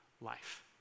life